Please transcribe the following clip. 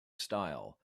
style